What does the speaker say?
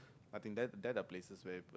I think that that are places where